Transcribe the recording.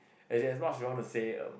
as in as much you want to say um